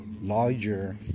larger